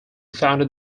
founded